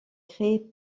créés